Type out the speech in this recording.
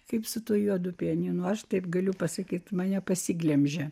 kaip su tuo juodu pianinu aš taip galiu pasakyti mane pasiglemžė